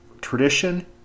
tradition